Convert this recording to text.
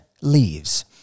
leaves